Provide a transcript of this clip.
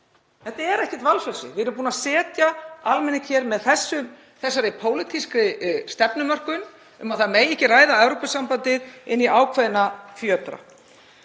Þetta er ekkert valfrelsi. Við erum búin að setja almenning, með þessari pólitísku stefnumörkun um að það megi ekki ræða Evrópusambandið, í ákveðna fjötra.